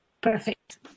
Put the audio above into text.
Perfect